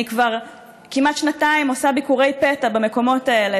אני כבר כמעט שנתיים עושה ביקורי פתע במקומות האלה,